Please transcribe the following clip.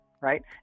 right